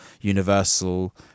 universal